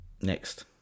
next